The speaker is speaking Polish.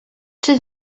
czy